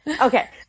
okay